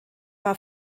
war